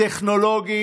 טכנולוגים.